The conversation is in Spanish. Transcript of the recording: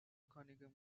cunningham